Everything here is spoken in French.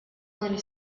mille